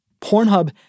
Pornhub